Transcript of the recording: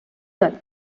یاد